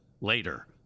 later